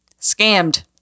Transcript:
Scammed